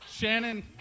Shannon